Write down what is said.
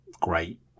great